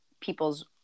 people's